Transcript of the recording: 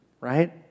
right